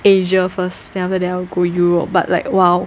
Asia first then after that I will go Europe but like !wow!